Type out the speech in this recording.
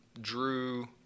drew